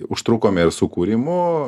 užtrukome ir su kūrimu